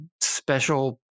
special